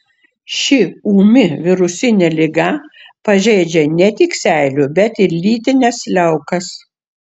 ši ūmi virusinė liga pažeidžia ne tik seilių bet ir lytines liaukas